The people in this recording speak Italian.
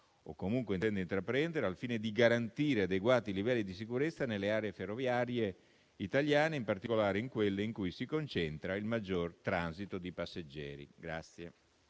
o intenda intraprendere al fine di garantire adeguati livelli di sicurezza nelle aree ferroviarie italiane, in particolare in quelle in cui si concentra il maggior transito di passeggeri.